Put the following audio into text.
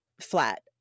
flat